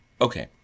Okay